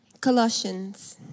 Colossians